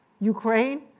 Ukraine